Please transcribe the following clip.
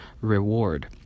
reward